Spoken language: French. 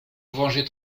vengez